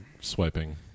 swiping